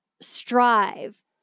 strive